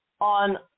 on